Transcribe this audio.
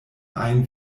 ajn